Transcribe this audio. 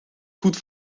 goed